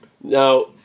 Now